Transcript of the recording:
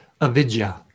avidya